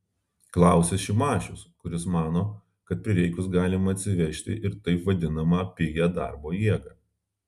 klausia šimašius kuris mano kad prireikus galima atsivežti ir taip vadinamą pigią darbo jėgą